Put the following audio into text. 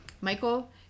Michael